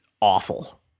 awful